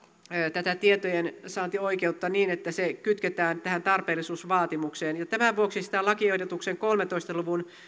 tätä tietojensaantioikeutta niin että se kytketään tähän tarpeellisuusvaatimukseen ja tämän vuoksi sitä lakiehdotuksen kolmentoista luvun